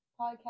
podcast